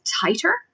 tighter